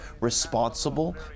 responsible